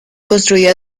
construida